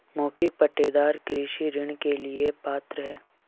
मौखिक पट्टेदार कृषि ऋण के लिए पात्र हैं